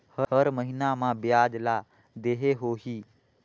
हर महीना मा ब्याज ला देहे होही?